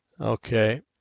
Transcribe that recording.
Okay